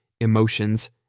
emotions